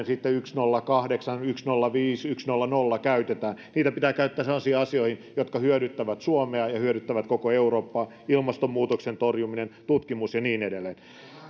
sitten yksi pilkku nolla kahdeksan yksi pilkku nolla viisi tai yksi pilkku nolla nolla niitä pitää käyttää sellaisiin asioihin jotka hyödyttävät suomea ja hyödyttävät koko eurooppaa ilmastonmuutoksen torjuminen tutkimus ja niin edelleen